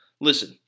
Listen